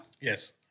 Yes